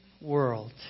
world